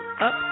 up